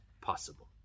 possible